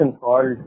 called